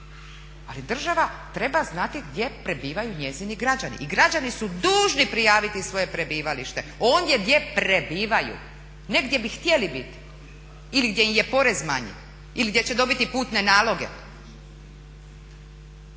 ali država treba znati gdje prebivaju njezini građani i građani su dužni prijaviti svoje prebivalište ondje gdje prebivaju, ne gdje bi htjeli biti ili gdje im je porez manji, ili gdje će dobiti putne naloge.